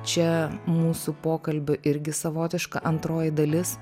čia mūsų pokalbių irgi savotiška antroji dalis